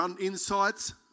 insights